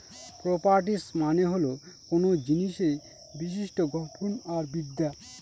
properties মানে হল কোনো জিনিসের বিশিষ্ট্য গঠন আর বিদ্যা